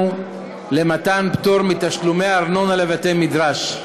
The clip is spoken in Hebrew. למתן פטור מתשלומי הארנונה לבתי-מדרש.